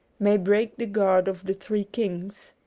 may break the guard of the three kings,